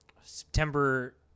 September